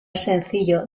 sencillo